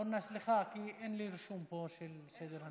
אורנה, סליחה, כי אין לי רישום פה של סדר הנואמים.